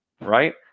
right